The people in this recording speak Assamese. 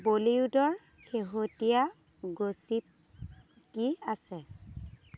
বলিউডৰ শেহতীয়া গচিপ কি আছে